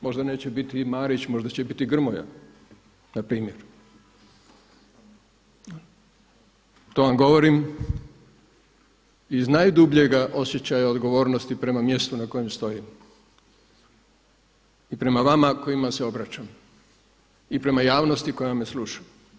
Možda neće biti Marić, možda će biti Grmoja npr. To vam govorim iz najdubljega osjećaja odgovornosti prema mjestu na kojem stojim i prema vama kojima se obraćam i prema javnosti koja me sluša.